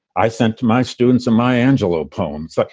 i sent to my students and my angiulo poems. like